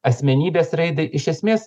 asmenybės raidai iš esmės